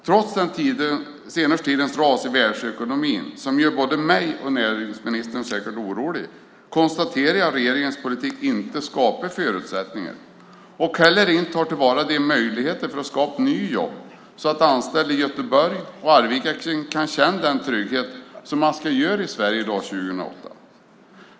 Trots den senaste tidens ras i världsekonomin som gör mig och säkert också näringsministern orolig konstaterar jag att regeringens politik inte skapar sådana förutsättningar och inte heller tar till vara möjligheter för att skapa nya jobb så att anställda i Göteborg och Arvika kan känna den trygghet som man ska känna i Sverige i dag 2008.